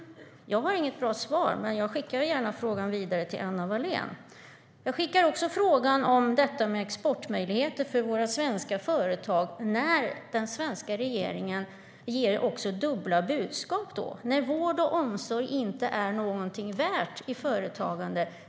Jag har inget bra svar, men jag skickar gärna frågan vidare till Anna Wallén.Jag skickar också vidare frågan om exportmöjligheter för våra svenska företag när den svenska regeringen ger dubbla budskap. Vård och omsorg är inte något värt när det gäller företagande.